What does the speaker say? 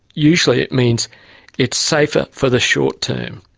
usually it means it's safer for the short term.